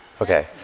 Okay